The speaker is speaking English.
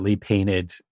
painted